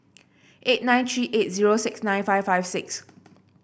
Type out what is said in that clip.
eight nine three eight zero six nine five five six